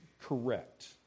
correct